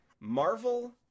Marvel